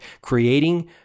creating